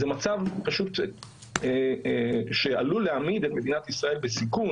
זה מצב שעלול להעמיד את מדינת ישראל בסיכון,